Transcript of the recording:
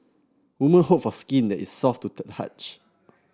women hope for skin that is soft to the touch